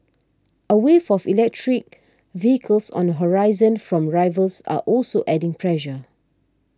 a wave of electric vehicles on the horizon from rivals are also adding pressure